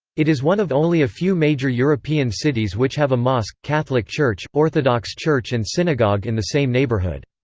it is one of only a few major european cities which have a mosque, catholic church, orthodox church and synagogue in the same neighborhood.